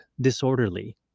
disorderly